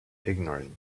ignorant